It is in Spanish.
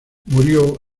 murió